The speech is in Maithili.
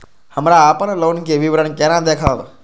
हमरा अपन लोन के विवरण केना देखब?